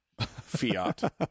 Fiat